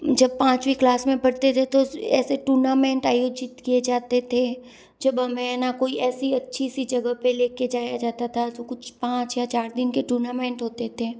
तो जब पाँचवी क्लास में पढ़ते थे तो ऐसे टूर्नामेंट आयोजित किए जाते थे जब हमें न कोई ऐसी अच्छी सी जगह पर लेकर जाया जाता था तो कुछ पाँच या चार दिन के टूर्नामेंट होते थे